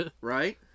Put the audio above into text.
Right